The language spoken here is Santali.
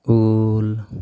ᱩᱞ